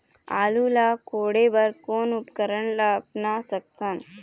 आलू ला कोड़े बर कोन उपकरण ला अपना सकथन?